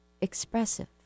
expressive